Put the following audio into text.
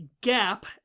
gap